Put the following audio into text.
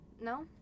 No